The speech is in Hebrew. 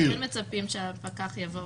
מצפים שפקח יבוא,